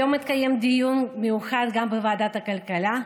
היום התקיים דיון מיוחד גם בוועדת הכלכלה,